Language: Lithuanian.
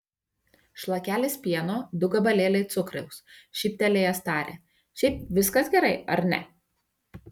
šlakelis pieno du gabalėliai cukraus šyptelėjęs tarė šiaip viskas gerai ar ne